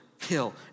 kill